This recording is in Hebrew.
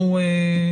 ב',